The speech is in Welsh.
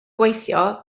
gweithio